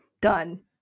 done